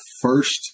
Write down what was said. first